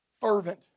fervent